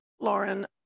Lauren